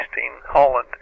Holland